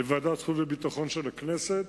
בוועדת החוץ והביטחון של הכנסת,